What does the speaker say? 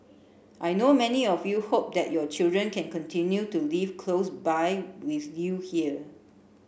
I know many of you hope that your children can continue to live close by with you here